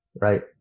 right